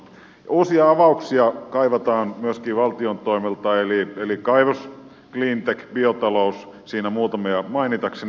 uusia avauksia kaivataan myöskin valtion toimelta eli kaivos cleantech biotalous siinä muutamia mainitakseni